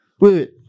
Wait